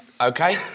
Okay